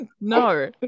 No